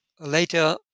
later